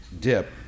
dip